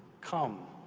come.